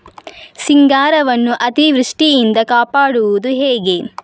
ಸಿಂಗಾರವನ್ನು ಅತೀವೃಷ್ಟಿಯಿಂದ ಕಾಪಾಡುವುದು ಹೇಗೆ?